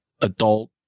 adult